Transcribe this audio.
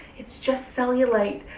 it's just cellulite,